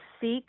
seek